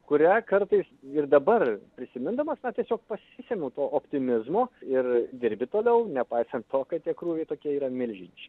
kurią kartais ir dabar prisimindamas na tiesiog pasisemiu to optimizmo ir dirbi toliau nepaisant to kad tie krūviai tokie yra milžiniški